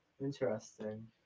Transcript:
interesting